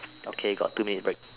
okay got two minute break